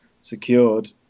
secured